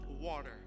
water